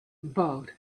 brought